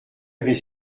avait